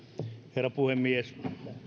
herra puhemies